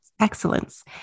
excellence